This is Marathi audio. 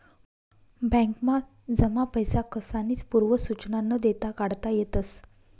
बॅकमा जमा पैसा कसानीच पूर्व सुचना न देता काढता येतस